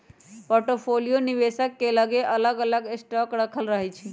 portfolio निवेशक के लगे अलग अलग स्टॉक राखल रहै छइ